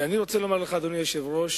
ואני רוצה לומר לך, אדוני היושב-ראש,